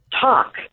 talk